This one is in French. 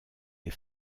les